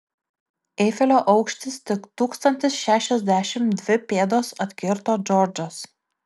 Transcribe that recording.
eifelio aukštis tik tūkstantis šešiasdešimt dvi pėdos atkirto džordžas